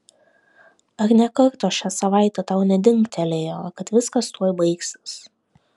ar nė karto šią savaitę tau nedingtelėjo kad viskas tuoj baigsis